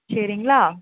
சரிங்களா